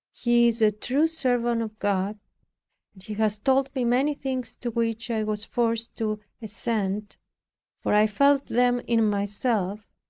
he is a true servant of god and he has told me many things to which i was forced to assent for i felt them in myself.